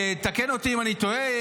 תקן אותי אם אני טועה,